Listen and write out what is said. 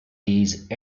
these